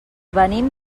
venim